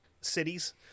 cities